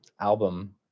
album